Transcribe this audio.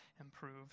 improved